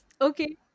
Okay